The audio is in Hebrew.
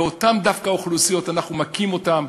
ודווקא אותן אוכלוסיות, אנחנו מכים אותן.